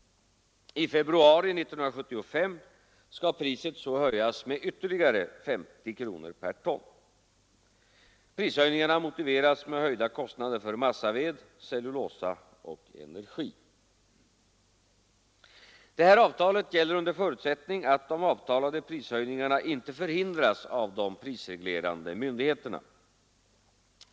I februari 1975 skall priset så höjas med ytterligare 50 kronor per ton. Prishöjningarna motiveras med höjda kostnader för massaved, cellulosa och energi. Avtalet gäller under förutsättning att de avtalade prishöjningarna inte förhindras av de prisreglerande myndigheterna.